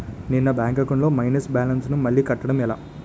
నేను నా bank account లొ మైనస్ బాలన్స్ ను మళ్ళీ కట్టడం ఎలా?